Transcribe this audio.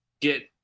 get